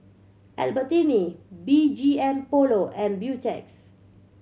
Albertini B G M Polo and Beautex